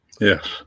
Yes